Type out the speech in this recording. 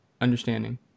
understanding